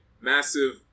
massive